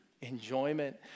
Enjoyment